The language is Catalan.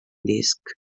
disc